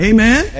Amen